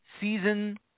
season